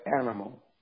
animal